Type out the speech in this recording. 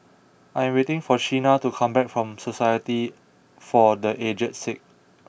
I am waiting for Shenna to come back from Society for the Aged Sick